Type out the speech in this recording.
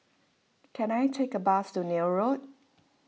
can I take a bus to Neil Road